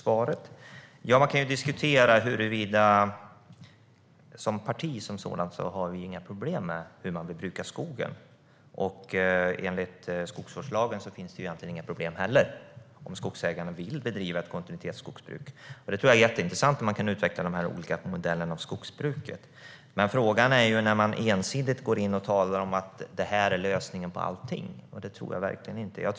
Herr talman! Tack för svaret! Som parti har Sverigedemokraterna inga problem med hur man vill bruka skogen. Enligt skogsvårdslagen finns egentligen inga problem om skogsägarna vill bedriva ett kontinuitetsskogsbruk. Det är intressant när man kan utveckla de olika modellerna av skogsbruket. Men frågan uppstår när man ensidigt talar om att detta är lösningen på allt. Det tror jag verkligen inte.